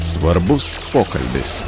svarbus pokalbis